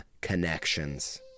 connections